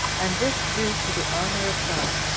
and this do to the honor of god,